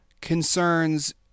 concerns